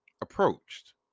approached